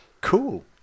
Cool